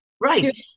Right